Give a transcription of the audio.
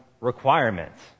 requirements